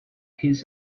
his